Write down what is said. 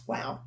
Wow